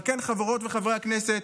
על כן, חברות וחברי הכנסת,